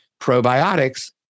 probiotics